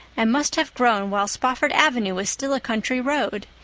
and must have grown while spofford avenue was still a country road.